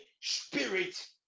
spirit